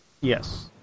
Yes